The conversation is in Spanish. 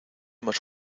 más